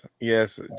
yes